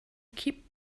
keep